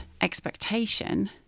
expectation